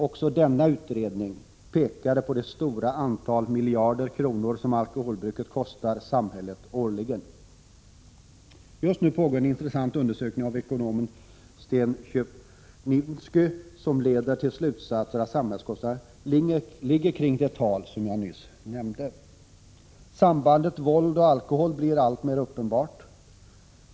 Också denna utredning pekade på det stora antal miljarder kronor som alkoholbruket kostar samhället årligen. Just nu pågår en intressant undersökning av ekonomen Sten Köpniwsky, en undersökning som leder till slutsatsen att samhällskostnaden ligger kring det tal jag nyss har nämnt. Sambandet våld och alkohol blir alltmer uppenbart.